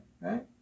right